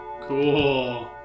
Cool